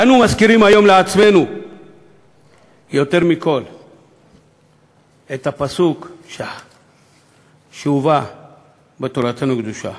אנו מזכירים היום לעצמנו יותר מכול את הפסוק שהובא בתורתנו הקדושה: